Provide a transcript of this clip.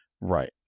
Right